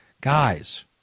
Guys